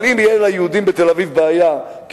אבל אם תהיה ליהודים בתל-אביב בעיה כי